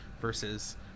versus